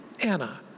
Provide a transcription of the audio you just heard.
Anna